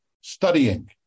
studying